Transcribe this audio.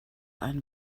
einen